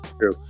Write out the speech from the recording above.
true